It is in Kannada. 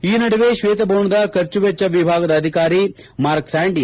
ಈ ನಡುವೆ ಶ್ಲೇತ ಭವನದ ಖರ್ಚು ವೆಚ್ಚ ವಿಭಾಗದ ಅಧಿಕಾರಿ ಮಾರ್ಕ್ಸ್ಯಾಂದಿ